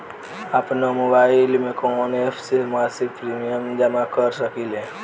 आपनमोबाइल में कवन एप से मासिक प्रिमियम जमा कर सकिले?